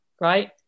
right